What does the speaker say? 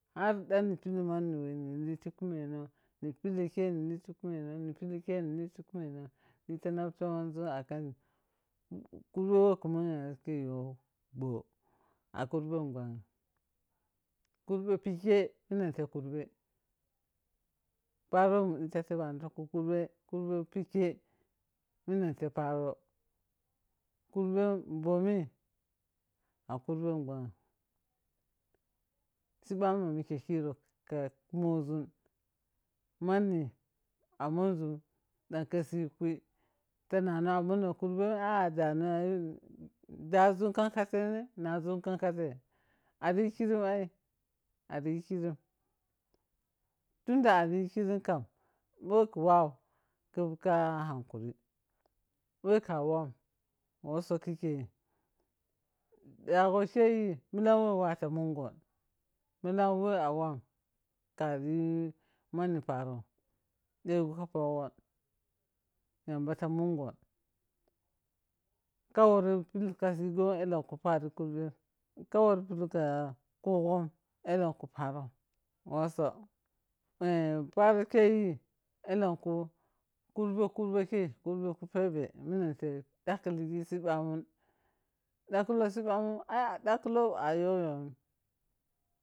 Har dani pili mani we ni lete kumeno ni pileke ni letikumeno menaet mutinkumene ni de ta dah nomonno na kurbe woka maneno ke wo bhoo a kurben ɓanhim- kurbe pike menantai kurbe paro womu dita tebani tu kurbe, kurbe pake kurbe bhomi a kurbe banyim. sibamun mome mike kirou pupoku kumozan mani a munzan da kabsi ye khai ta namo a manno kurbem aah dano a ayii dazun kamkafai ne? Da zun kamkatai? Ari kirim ai an tun da aryi kerim kam wau wonau kap ka hakari. we wo ka wam wosa kireyi dagho keyi melane wo si wau ta mungo milam we a wani kari man parom ɗego ka fohong yamba fa mungong a ware pil mani tade lanku kumben. Ka wor tuk ka gong uhenku pari kurbem, ma wosu paro keyi ullenku karbe kurbe keyi karbe ku pebe takhe legi sibaman. Takhelo sibama ai a yogyogyo in.